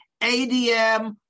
ADM